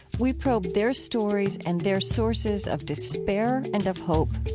we probe their stories and their sources of despair and of hope